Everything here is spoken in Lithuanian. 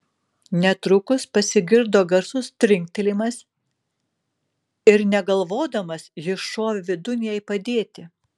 netrukus pasigirdo garsus trinktelėjimas ir negalvodamas jis šovė vidun jai padėti